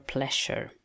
Pleasure